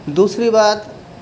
دوسری بات